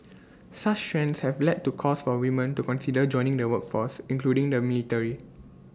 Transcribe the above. such trends have led to calls for women to consider joining the workforce including the military